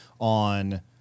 on